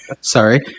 Sorry